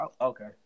Okay